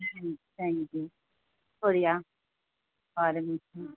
ہوں thank you شکریہ و علیکم السلام